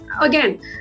again